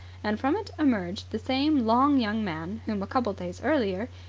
and from it emerged the same long young man whom, a couple of days earlier,